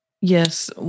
Yes